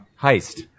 Heist